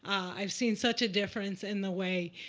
i've seen such a difference in the way